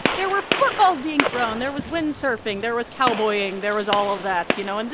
there were footballs being thrown. there was windsurfing. there was cowboying. there was all of that. you know, and